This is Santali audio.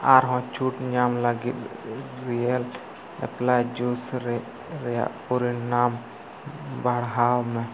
ᱟᱨᱦᱚᱸ ᱪᱷᱩᱴ ᱧᱟᱢ ᱞᱟᱹᱜᱤᱫ ᱨᱮ ᱨᱮᱭᱟᱜ ᱯᱚᱨᱤᱱᱟᱢ ᱵᱟᱲᱦᱟᱣ ᱢᱮ